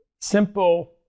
simple